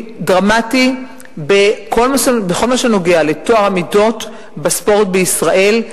דרמטי בכל מה שנוגע לטוהר המידות בספורט בישראל.